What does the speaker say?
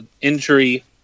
injury